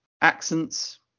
accents